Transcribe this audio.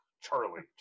Charlie